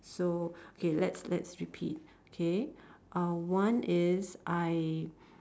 so okay let's let's repeat K uh one is I